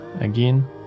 again